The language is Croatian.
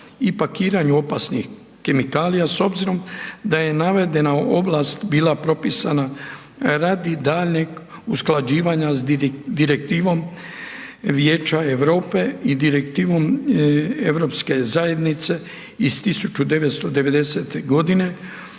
i pakiranju opasnih kemikalija s obzirom da je navedena ovlast bila propisana radi daljnjeg usklađivanja s direktivom Vijeća Europe i direktivom Europske zajednice iz 1990.g.